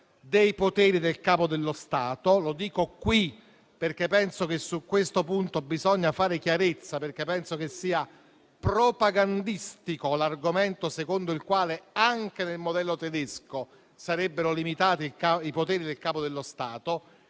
dei poteri del Capo dello Stato. Lo dico qui perché penso che su questo punto bisogna fare chiarezza. Penso che sia propagandistico l'argomento secondo il quale anche nel modello tedesco sarebbero limitati i poteri del Capo dello Stato.